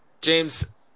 James